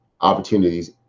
opportunities